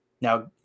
Now